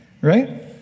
right